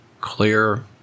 clear